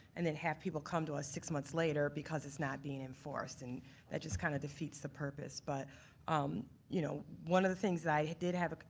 and then have people come to us six months later because it's not being enforced. and that just kind of defeats the purpose. but um you know one of the things that i did have,